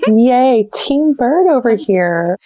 yay! team bird over here.